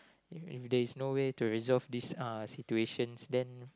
if if there's no way to resolve this(uh) situations then